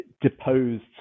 deposed